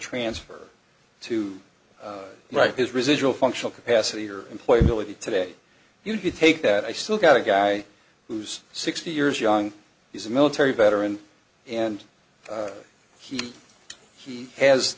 transfer to write his residual functional capacity or employ really today you could take that i still got a guy who's sixty years young he's a military veteran and he he has